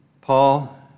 Paul